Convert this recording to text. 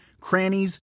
crannies